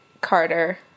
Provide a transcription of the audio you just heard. carter